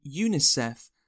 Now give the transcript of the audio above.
UNICEF